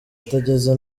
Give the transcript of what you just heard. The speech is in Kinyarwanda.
atageze